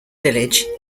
village